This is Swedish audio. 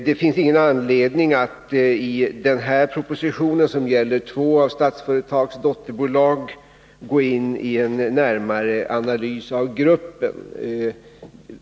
Det finns ingen anledning att i den här propositionen, som gäller två av Statsföretags dotterbolag, gå in i en närmare analys av gruppen.